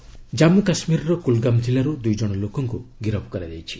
JK arrest Jammu କାଶ୍ମୀରର କୁଲଗାମ୍ ଜିଲ୍ଲାରୁ ଦୁଇ ଜଣ ଲୋକଙ୍କୁ ଗିରଫ୍ କରାଯାଇଛି